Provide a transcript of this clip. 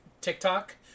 TikTok